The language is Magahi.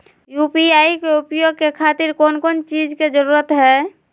यू.पी.आई के उपयोग के खातिर कौन कौन चीज के जरूरत है?